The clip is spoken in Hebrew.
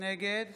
נגד